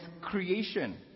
creation